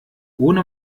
ohne